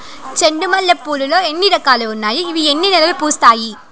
చెండు మల్లె పూలు లో ఎన్ని రకాలు ఉన్నాయి ఇవి ఎన్ని నెలలు పూస్తాయి